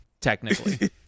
technically